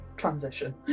Transition